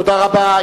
תודה רבה.